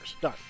Done